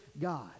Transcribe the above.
God